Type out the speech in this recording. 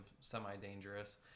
semi-dangerous